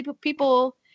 People –